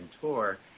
tour